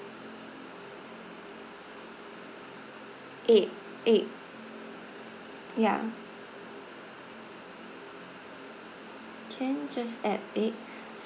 a egg ya can just add egg